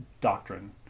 doctrine